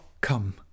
come